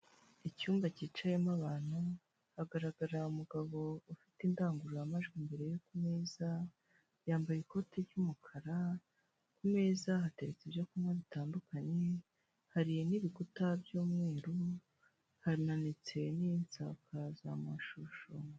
Icyumba cyicayemo abantu hagaragara umugabo ufite indangururamajwi mbere ye ku meza, yambaye ikoti ry'umukara ku meza hateretse ibyo kunywa bitandukanye hari n'ibikuta by'umweru hamanitse n'insakazamashusho.